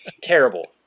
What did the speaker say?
terrible